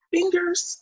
Fingers